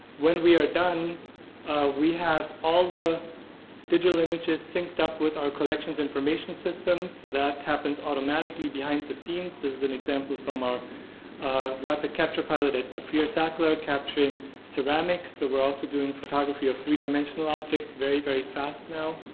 when we are done we have all the digital images synced up with our collections information system, so that happens automatically behind the scenes. this is an example from our rapid capture pilot at the freer sackler capturing ceramics. we're also doing photography of three dimensional objects very, very fast now.